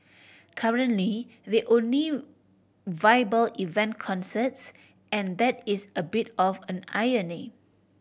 currently the only viable event concerts and that is a bit of an irony